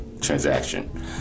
transaction